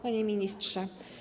Panie Ministrze!